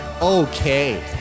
Okay